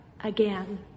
again